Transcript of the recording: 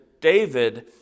David